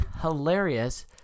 hilarious